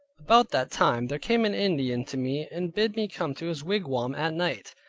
about that time there came an indian to me and bid me come to his wigwam at night,